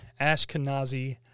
Ashkenazi